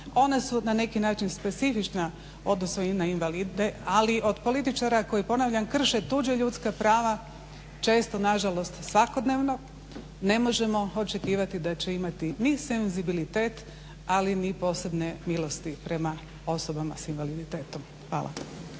Ona su ne neki način specifična u odnosu na invalide ali od političara koji ponavljam krše tuđa ljudska prava često nažalost svakodnevno ne možemo očekivati da će imati ni senzibilitet, ali ni posebne milosti prema osobama s invaliditetom. Hvala.